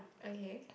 okay